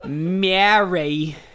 Mary